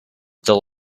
the